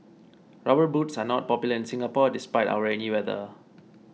rubber boots are not popular in Singapore despite our rainy weather